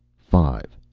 five.